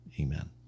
amen